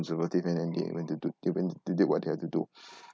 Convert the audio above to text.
conservative and then they went to do they went did what they had to do